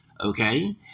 okay